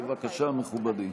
בבקשה, מכובדי.